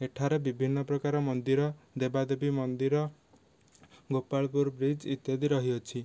ଏଠାରେ ବିଭିନ୍ନ ପ୍ରକାର ମନ୍ଦିର ଦେବାଦେବୀ ମନ୍ଦିର ଗୋପାଳପୁର ବ୍ରିଚ ଇତ୍ୟାଦି ରହିଅଛି